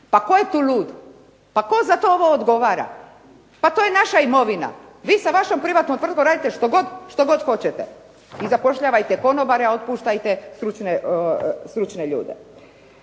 Pa tko je tu lud? Pa tko za ovo odgovara? Pa to je naša imovina. Vi sa vašom privatnom tvrtkom radite što god hoćete i zapošljavajte konobare, a otpuštajte stručne ljude.